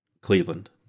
Cleveland